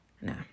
No